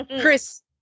chris